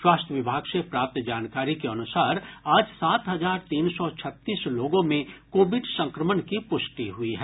स्वास्थ्य विभाग से प्राप्त जानकारी के अनुसार आज सात हजार तीन सौ छत्तीस लोगों में कोविड संक्रमण की पुष्टि हुई है